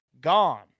gone